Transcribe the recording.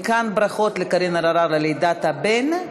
מכאן ברכות לקארין אלהרר על לידת הבן.